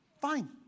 fine